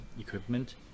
equipment